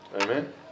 amen